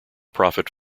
profit